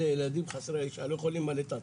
אלה ילדים חסרי ישע, לא יכולים למלט את עצמם.